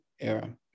era